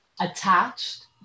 attached